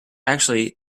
actually